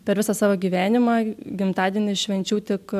per visą savo gyvenimą gimtadienį švenčiau tik